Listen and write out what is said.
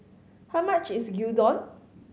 how much is Gyudon